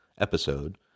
episode